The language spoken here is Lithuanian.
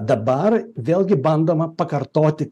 dabar vėlgi bandoma pakartoti